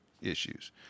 Issues